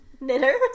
knitter